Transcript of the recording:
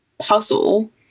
puzzle